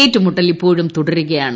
ഏറ്റുമുട്ടൽ ഇപ്പോഴും തുടരുകയാണ്